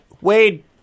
Wade